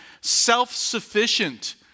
self-sufficient